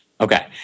Okay